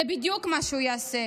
זה בדיוק מה שהוא יעשה.